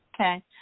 Okay